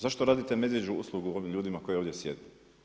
Zašto radite medvjeđu uslugu ovim ljudima koji ovdje sjede?